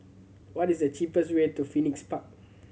what is the cheapest way to Phoenix Park